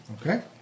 Okay